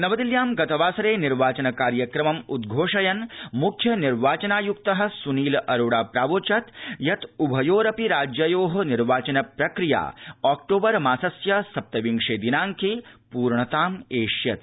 नवदिल्ल्यां गतवासरे निर्वाचन कार्यक्रमम् उद्घोषयन् मुख्य निर्वाचनायुक्तः सुनील अरोड़ा प्रावोचत् यत् उभयोरपि राज्ययोः निर्वाचन प्रक्रिया ऑक्टोबर मासस्य सप्तविंशे दिनाइके पूर्णताम एष्यति